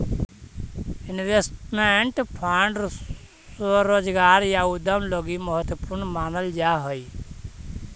investment fund स्वरोजगार या उद्यम लगी महत्वपूर्ण मानल जा हई